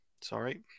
Sorry